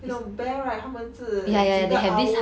你懂 bear right 他们是几个 hour